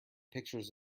pictures